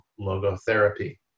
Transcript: logotherapy